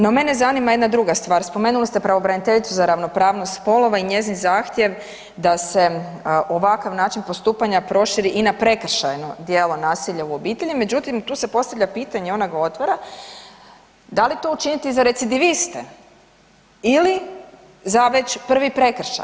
No, mene zanima jedna druga stvar, spomenuli ste pravobraniteljicu za ravnopravnost spolova i njezin zahtjev da se ovakav način postupanja proširi i na prekršajno djelo nasilja u obitelji, međutim, tu se postavlja pitanje, ona ga otvara, da li to učiniti za recidiviste ili za već prvi prekršaj.